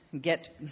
get